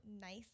nice